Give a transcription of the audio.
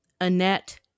Annette